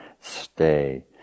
Stay